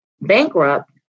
Bankrupt